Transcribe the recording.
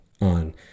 on